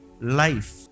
life